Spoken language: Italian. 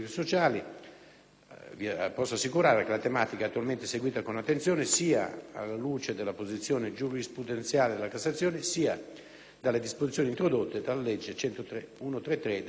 posso assicurare che la tematica è seguita con attenzione, alla luce sia della posizione giurisprudenziale della Cassazione sia delle disposizioni introdotte dalla legge n. 133 del 2008.